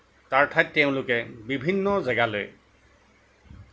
তাৰ ঠাইত তেওঁলোকে বিভিন্ন জেগালৈ